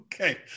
okay